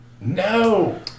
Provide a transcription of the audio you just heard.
No